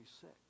sick